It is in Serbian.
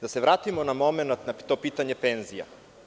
Da se vratimo na momenat na topitanje penzija.